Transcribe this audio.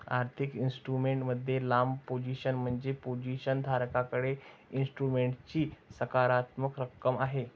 आर्थिक इन्स्ट्रुमेंट मध्ये लांब पोझिशन म्हणजे पोझिशन धारकाकडे इन्स्ट्रुमेंटची सकारात्मक रक्कम आहे